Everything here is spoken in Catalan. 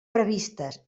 previstes